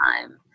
time